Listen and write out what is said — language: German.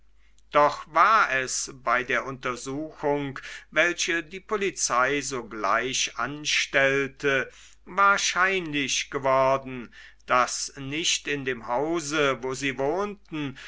doch war es bei der untersuchung welche die polizei sogleich anstellte wahrscheinlich geworden daß nicht in dem hause wo sie wohnten